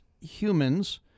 humans